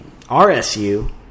RSU